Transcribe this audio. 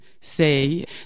say